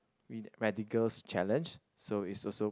win radicals challenge so it's also